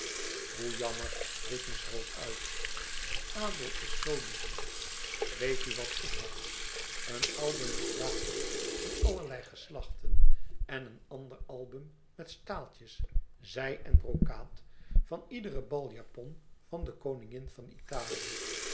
hoe jammer riep miss hope uit adel is zoo lief weet u wat ik heb een album met wapens van allerlei geslachten en een ander album met staaltjes zij en brokaat van iederen baljapon van de koningin van italië